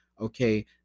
Okay